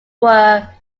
were